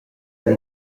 ein